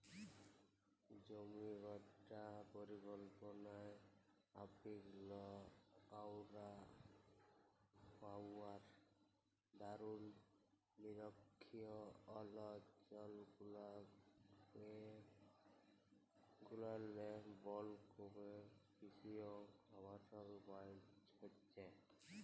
জমিবাঁটা পরিকল্পলা মাফিক লা হউয়ার দরুল লিরখ্খিয় অলচলগুলারলে বল ক্যমে কিসি অ আবাসল বাইড়হেছে